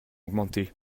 augmenter